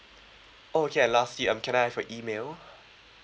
oh okay and lastly um can I have your email